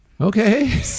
Okay